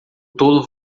tolo